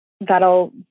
that'll